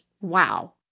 wow